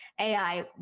ai